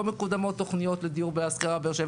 לא מקודמות תוכניות דיור להשכרה בבאר שבע.